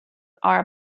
are